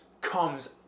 comes